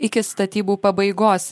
iki statybų pabaigos